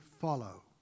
follow